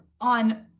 on